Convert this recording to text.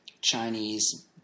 Chinese